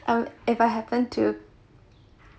um if I happen to